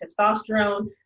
testosterone